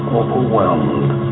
overwhelmed